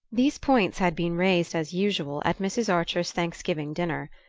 these points had been raised, as usual, at mrs. archer's thanksgiving dinner.